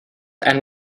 and